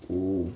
oh